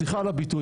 סליחה על הביטוי,